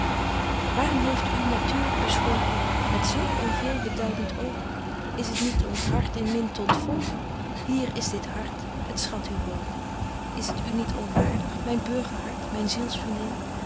waarom heeft u natuur beschonken met zulk een veel beduident oog is t niet om t hart in min te ontvonken hier is dit hart het schat u hoog betje wolff en aagje deken historie van mejuffrouw sara burgerhart is het u niet onwaardig myn